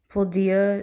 Podia